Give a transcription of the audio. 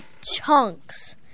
chunks